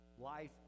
Life